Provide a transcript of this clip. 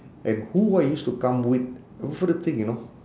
and who I used to come with those sort of thing you know